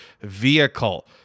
vehicle